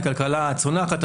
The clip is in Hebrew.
הכלכלה צונחת,